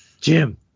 Jim